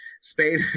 Spain